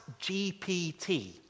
GPT